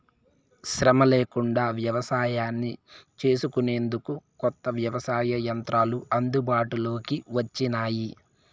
శ్రమ లేకుండా వ్యవసాయాన్ని చేసుకొనేందుకు కొత్త వ్యవసాయ యంత్రాలు అందుబాటులోకి వచ్చినాయి